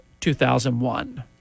2001